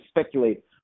speculate